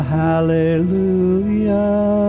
hallelujah